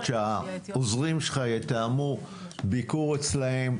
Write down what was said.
שהעוזרים שלך יתאמו ביקור אצלם.